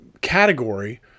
category